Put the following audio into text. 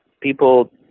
people